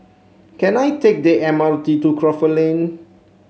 can I take the M R T to Crawford Lane